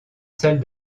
salle